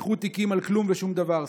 נפתחו תיקים על כלום ושום דבר,